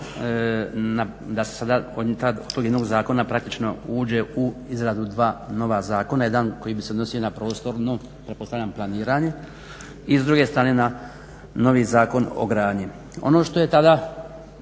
da sada se od tog jednog zakona praktično uđe u izradu dva nova zakona. Jedan koji bi se odnosio na prostorno pretpostavljam planiranje i s druge strane na novi Zakon o gradnji. Ono što je tada